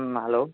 hello